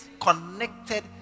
connected